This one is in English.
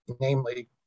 namely